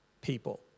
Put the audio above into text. people